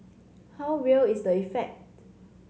how real is the effect